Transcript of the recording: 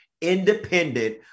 independent